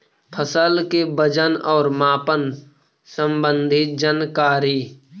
फसल के वजन और मापन संबंधी जनकारी?